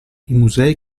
musei